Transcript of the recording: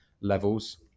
levels